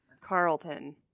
Carlton